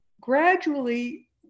Gradually